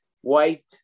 White